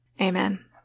Amen